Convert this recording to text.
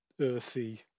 earthy